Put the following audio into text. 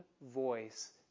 voice